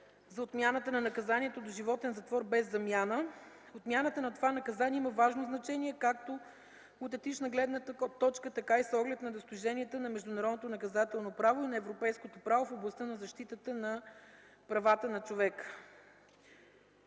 за отмяната на наказанието доживотен затвор без замяна. Отмяната на това наказание има важно значение, както от етична гледна точка, така и с оглед на достиженията на международното наказателно право и на европейското право в областта на защитата на правата на човека.